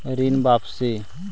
ऋण वापसी?